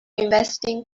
investing